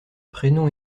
prénoms